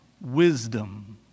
wisdom